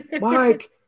Mike